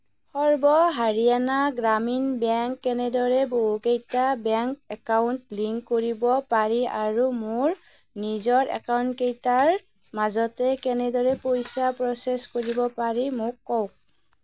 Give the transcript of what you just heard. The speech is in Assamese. সৰ্ব হাৰিয়ানা গ্ৰামীণ বেংক কেনেদৰে বহুকেইটা বেংক একাউণ্ট লিংক কৰিব পাৰি আৰু মোৰ নিজৰ একাউণ্টকেইটাৰ মাজতে কেনেদৰে পইচা প্ৰ'চেছ কৰিব পাৰি মোক কওক